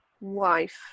wife